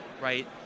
right